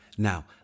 Now